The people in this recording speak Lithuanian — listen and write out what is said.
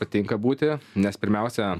patinka būti nes pirmiausia